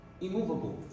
immovable